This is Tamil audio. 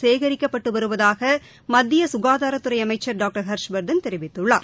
சேகரிக்கப்பட்டு வருவதாக மத்திய சுகாதாரத்துறை அமைச்சர் டாக்டர் ஹர்ஷவர்தன் தெரிவித்துள்ளார்